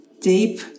deep